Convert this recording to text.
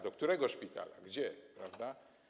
Do którego szpitala, gdzie, prawda?